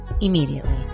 immediately